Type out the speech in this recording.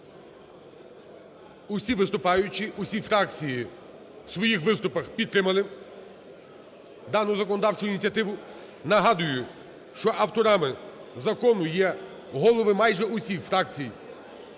Усі виступаючі, усі фракції в своїх виступах підтримали дану законодавчу ініціативу. Нагадую, що авторами закону є голови майже усіх фракцій